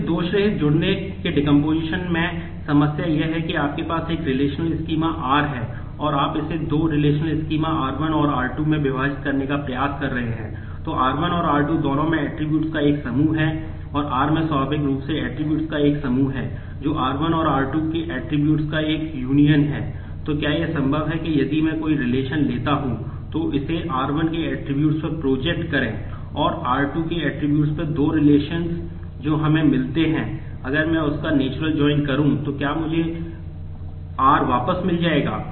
इसलिए दोषरहित करू तो क्या मुझे R वापस मिल जाएगा